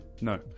No